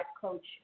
coach